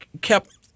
kept